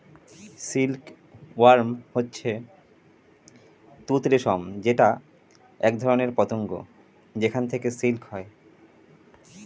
silk worm হচ্ছে তুত রেশম যেটা একধরনের পতঙ্গ যেখান থেকে সিল্ক হয়